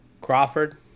Crawford